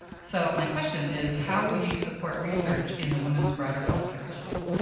so my question is how will you support research in the women's broader healthcare issues?